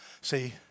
see